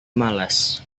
malas